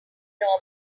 know